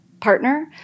partner